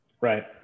right